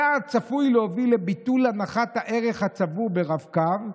הצעד צפוי להביא לביטול הנחת הערך הצבור ברב-קו,